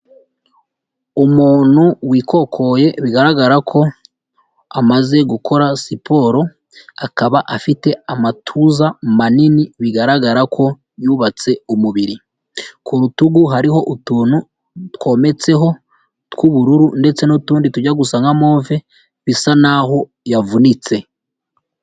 Umuntu wikokoye bigaragara ko amaze gukora siporo, akaba afite amatuza manini bigaragara ko yubatse umubiri, ku rutugu hariho utuntu twometseho tw'ubururu ndetse n'utundi tujya gusa nka move bisa n'aho yavunitse.